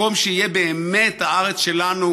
מקום שיהיה באמת הארץ שלנו,